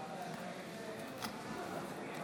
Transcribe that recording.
מצביע גלעד ארדן, מצביע גבי אשכנזי,